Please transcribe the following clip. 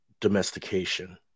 domestication